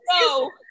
no